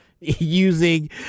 using